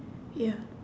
ya